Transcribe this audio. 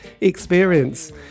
experience